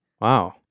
Wow